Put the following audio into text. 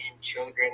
children